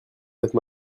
d’être